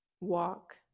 walk